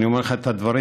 אני אומר לך את הדברים,